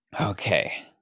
Okay